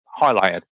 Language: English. highlighted